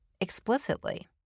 explicitly